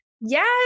Yes